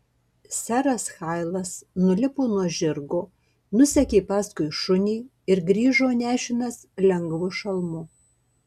seras hailas nulipo nuo žirgo nusekė paskui šunį ir grįžo nešinas lengvu šalmu